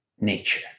nature